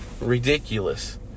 ridiculous